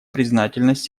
признательность